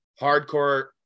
hardcore